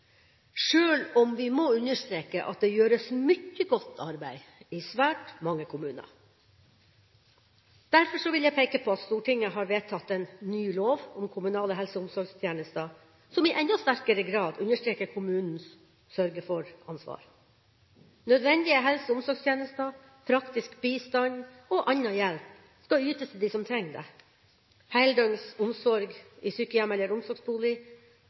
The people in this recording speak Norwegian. sjøl om vi må understreke at det gjøres mye godt arbeid i svært mange kommuner. Derfor vil jeg peke på at Stortinget har vedtatt en ny lov om kommunale helse- og omsorgstjenester som i enda sterkere grad understreker kommunens sørge for-ansvar. Nødvendige helse- og omsorgstjenester, praktisk bistand og annen hjelp skal ytes dem som trenger det. Heldøgns omsorg i sykehjem eller omsorgsbolig